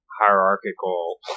hierarchical